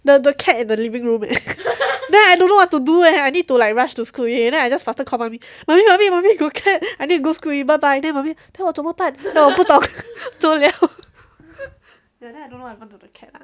the the cat in the living room eh and then I don't know what to do I need to like rush to school okay then I just faster call mummy mummy mummy mummy got cat I need to go school already bye bye then mummy then 我怎么办我不懂走了 ya then I don't know what happened to the cat